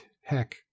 heck